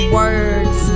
words